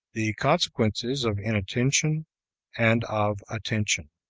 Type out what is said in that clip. the consequences of inattention and of attention.